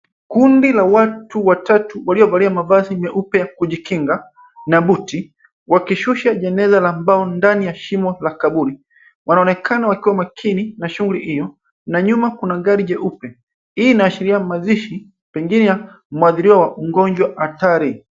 Kundi la watu watatu waliovalia mavazi nyeupe ya kujikinga na booti wakishusha jeneza la mbao ndani ya shimo la kaburi wanaonekana wakiwa makini na shughuli hio na nyuma kuna gari jeupe hii inaashiria mazishi pengine ya mwadhiriwa wa ugonjwa hatari.